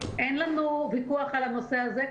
אין לנו ויכוח על הנושא הזה.